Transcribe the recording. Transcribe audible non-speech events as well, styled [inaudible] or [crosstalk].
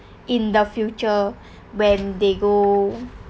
in the future [breath] when they go